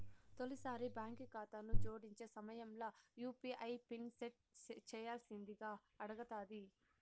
తొలిసారి బాంకు కాతాను జోడించే సమయంల యూ.పీ.ఐ పిన్ సెట్ చేయ్యాల్సిందింగా అడగతాది